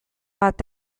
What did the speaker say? bat